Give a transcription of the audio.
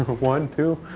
one, two?